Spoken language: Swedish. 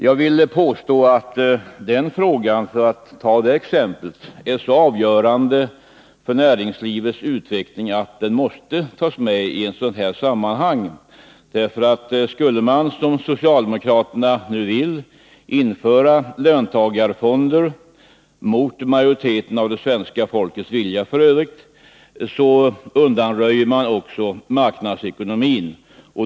Jag vill påstå att frågan är så avgörande för näringslivets utveckling att den måste tas med i ett sådant här sammanhang. Skulle man, som socialdemokraterna nu vill, införa löntagarfonder mot viljan hos majoriteten av svenska folket, undanröjer man också marknadsekonomin.